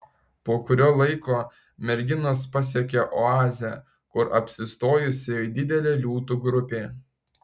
po kurio laiko merginos pasiekia oazę kur apsistojusi didelė liūtų grupė